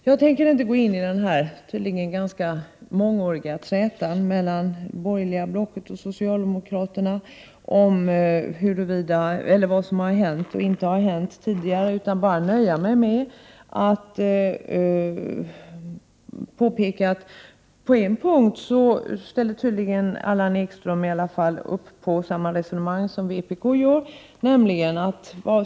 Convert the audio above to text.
Jag tänker inte gå in i den här tydligen ganska mångåriga trätan mellan det borgerliga blocket och socialdemokraterna om vad som har hänt och inte har hänt tidigare, utan bara nöja mig med att påpeka att Allan Ekström i alla fall på en punkt tydligen ställer upp på samma resonemang som vpk gör.